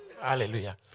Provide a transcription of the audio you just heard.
Hallelujah